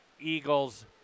Eagles